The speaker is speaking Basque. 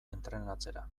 entrenatzera